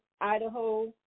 Idaho